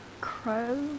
crow